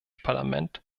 parlament